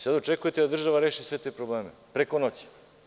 Sada očekujte od države da reši sve te probleme preko noći.